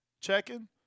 checking